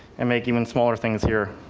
and make even smaller things here.